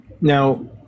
Now